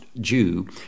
Jew